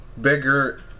bigger